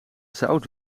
zout